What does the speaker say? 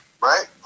Right